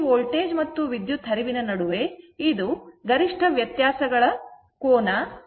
ಈ ವೋಲ್ಟೇಜ್ ಮತ್ತು ವಿದ್ಯುತ್ ಹರಿವಿನ ನಡುವೆ ಇದು ಗರಿಷ್ಠ ವ್ಯತ್ಯಾಸಗಳ ಕೋನ ϕ ಆಗಿದೆ